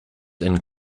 and